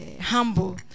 humble